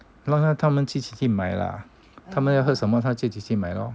让他们自己去买啦